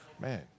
Man